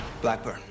Blackburn